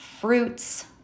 fruits